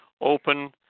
open